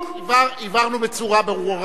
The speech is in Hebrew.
הבהרנו בצורה ברורה.